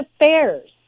Affairs